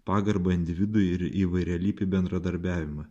pagarbą individui ir įvairialypį bendradarbiavimą